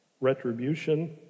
retribution